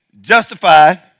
justified